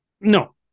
No